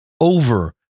over